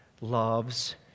loves